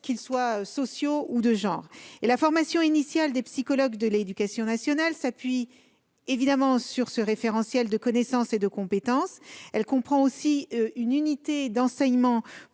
qu'ils soient sociaux ou de genre. La formation initiale des psychologues de l'éducation nationale s'appuie sur ce référentiel de connaissances et de compétences. Elle comprend aussi une unité d'enseignement